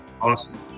Awesome